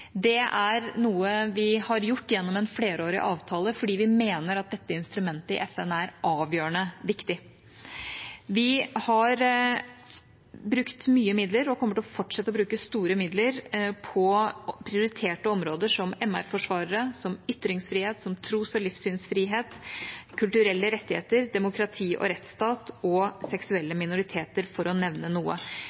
Det er noe vi har gjort gjennom en flerårig avtale, fordi vi mener at dette instrumentet i FN er avgjørende viktig. Vi har brukt mye midler og kommer til å fortsette å bruke store midler på prioriterte områder, som MR-forsvarere, som ytringsfrihet, som tros- og livssynsfrihet, kulturelle rettigheter, demokrati og rettsstat og seksuelle minoriteter, for å nevne noe.